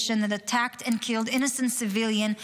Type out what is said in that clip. that attacked and killed innocent civilians,